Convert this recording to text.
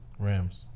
Rams